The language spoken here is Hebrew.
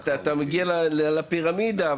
בתחרותי אתה מגיע לפירמידה,